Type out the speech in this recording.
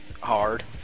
hard